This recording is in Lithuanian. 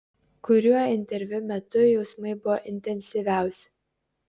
kuriuo interviu metu jausmai buvo intensyviausi